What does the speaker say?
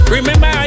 Remember